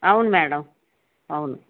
అవును మేడం అవును